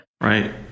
Right